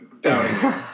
doubting